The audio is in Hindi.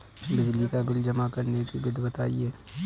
बिजली का बिल जमा करने की विधि बताइए?